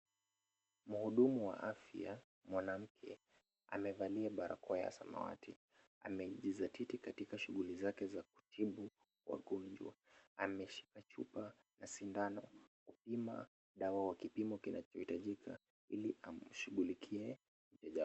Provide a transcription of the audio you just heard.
Mhudumu wa afya mwanamke amevalia barakoa ya samawati. Amejizatiti katika shughuli zake za kutibu wagonjwa. Ameshika chupa na sindano na kupima dawa kwa kipimo kinachohitajika ili amshughulikie mteja.